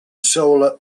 solar